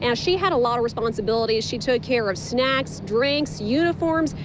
and she had a lot of responsibility. she took care of snacks, drinks, uniforms,